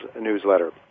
newsletter